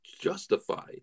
justify